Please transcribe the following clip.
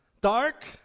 Dark